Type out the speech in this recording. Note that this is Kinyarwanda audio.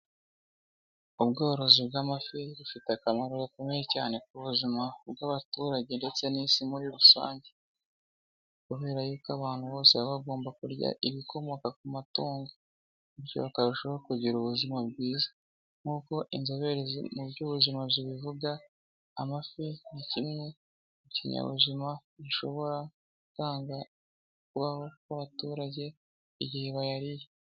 Ubworozi bw'amafi bufite akamaro gakomeye cyane ku buzima bw'abaturage ndetse n'isi muri rusange, kubera yuko abantu bose baba bagomba kurya ibikomoka ku matungo bityo bakarushaho kugira ubuzima bwiza nk'uko inzobere mu byo ubuzima zibivuga, amafi ni kimwe mu kinyabuzima gishobora gutanga kubaho kw'abaturage igihe bayariye.